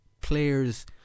players